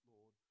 Lord